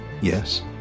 Yes